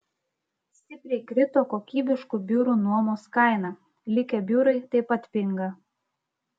stipriai krito kokybiškų biurų nuomos kaina likę biurai taip pat pinga